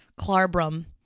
Clarbrum